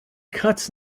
cuts